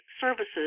services